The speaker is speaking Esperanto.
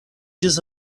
ĝis